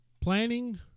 Planning